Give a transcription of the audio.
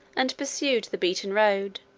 and pursued the beaten road,